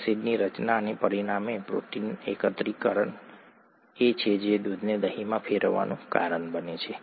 એસિડની રચના અને પરિણામે પ્રોટીન એકત્રીકરણ એ છે જે દૂધને દહીંમાં ફેરવવાનું કારણ બને છે